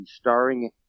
starring